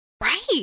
Right